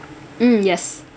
mm yes